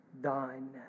thine